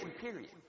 period